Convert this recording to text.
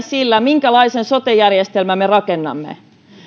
sillä minkälaisen sote järjestelmän me rakennamme